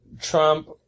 Trump